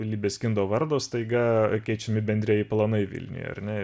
libeskindo vardo staiga keičiami bendrieji planai vilniuje ar ne